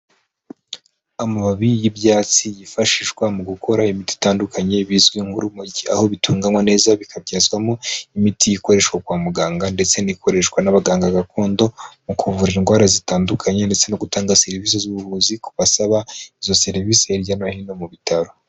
Imababi y'ibyatsi yifashishwa mu gukora imiti itandukanye bizwi nk'urumogi. Aho bitunganywa neza bikabyazwamo imiti ikoreshwa kwa muganga ndetse n'ikoreshwa n'abaganga gakondo mu kuvura indwara zitandukanye ndetse no gutanga serivisi z'ubuvuzi ku basaba izo serivisi hirya no hino mu bitaro.